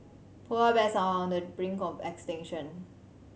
polar bears are on the brink of extinction